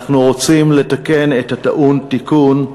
אנחנו רוצים לתקן את הטעון תיקון,